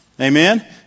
Amen